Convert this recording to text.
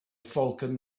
falcon